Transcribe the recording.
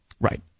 Right